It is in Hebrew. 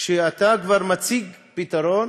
כשאתה כבר מציג פתרון,